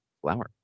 Flower